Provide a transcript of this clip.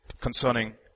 concerning